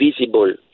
visible